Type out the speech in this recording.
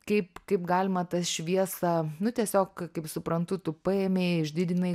kaip kaip galima tą šviesą nu tiesiog kaip suprantu tu paėmei išdidinai